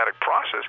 process